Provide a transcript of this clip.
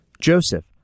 Joseph